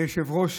כיושב-ראש